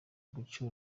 guca